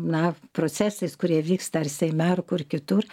na procesais kurie vyksta ar seime ar kur kitur